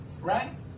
Right